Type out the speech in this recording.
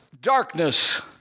darkness